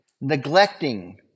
neglecting